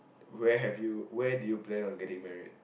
where have you where do you plan of getting married